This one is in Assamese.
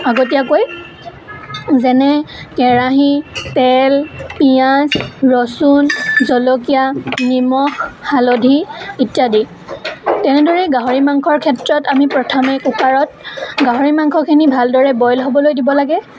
আগতীয়াকৈ যেনে কেৰাহী তেল পিঁয়াজ ৰচুন জলকীয়া নিমখ হালধি ইত্যাদি তেনেদৰে গাহৰি মাংসৰ ক্ষেত্ৰত আমি প্ৰথমে কুকাৰত গাহৰি মাংসখিনি ভাল দৰে বইল হ'বলৈ দিব লাগে